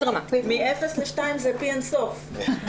מ-0 ל-2 זה פי אין סוף.